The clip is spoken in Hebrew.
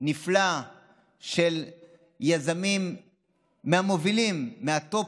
נפלא של יזמים, מהמובילים, מהטופ,